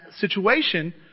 situation